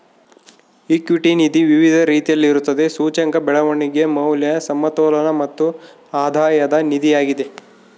equity ನಿಧಿ ವಿವಿಧ ರೀತಿಯಲ್ಲಿರುತ್ತದೆ, ಸೂಚ್ಯಂಕ, ಬೆಳವಣಿಗೆ, ಮೌಲ್ಯ, ಸಮತೋಲನ ಮತ್ತು ಆಧಾಯದ ನಿಧಿಯಾಗಿದೆ